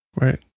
Right